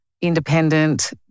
independent